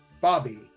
Bobby